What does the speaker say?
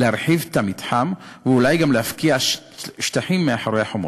להרחיב את המתחם ואולי גם להפקיע שטחים מאחורי החומות.